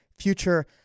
future